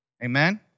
Amen